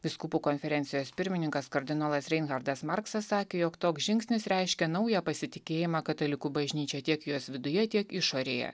vyskupų konferencijos pirmininkas kardinolas reinhardas marksas sakė jog toks žingsnis reiškia naują pasitikėjimą katalikų bažnyčia tiek jos viduje tiek išorėje